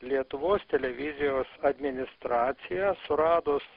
lietuvos televizijos administraciją suradus